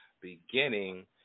beginning